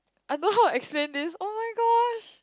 I don't know how to explain this oh-my-gosh